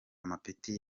amapeti